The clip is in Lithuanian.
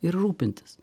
ir rūpintis